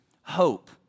hope